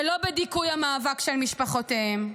ולא בדיכוי המאבק של משפחותיהם.